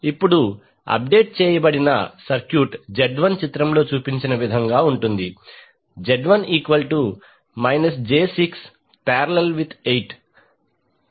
ఇప్పుడు update చేయబడిన circuit Z1 చిత్రంలో చూపిన విధంగా ఉంది Z1 j6||8 j68 j682